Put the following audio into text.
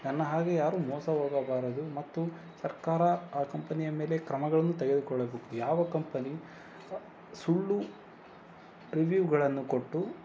ನನ್ನ ಹಾಗೆ ಯಾರೂ ಮೋಸ ಹೋಗಬಾರದು ಮತ್ತು ಸರ್ಕಾರ ಆ ಕಂಪನಿಯ ಮೇಲೆ ಕ್ರಮಗಳನ್ನು ತೆಗೆದುಕೊಳ್ಳಬೇಕು ಯಾವ ಕಂಪನಿ ಸುಳ್ಳು ರಿವೀವ್ಗಳನ್ನು ಕೊಟ್ಟು